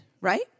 right